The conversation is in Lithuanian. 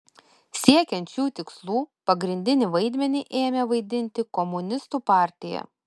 siekiant šių tikslų pagrindinį vaidmenį ėmė vaidinti komunistų partija